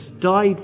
died